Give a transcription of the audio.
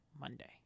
Monday